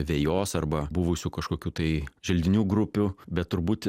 vejos arba buvusių kažkokių tai želdinių grupių bet turbūt